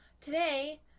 today